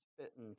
spitting